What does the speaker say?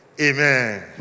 Amen